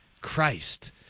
Christ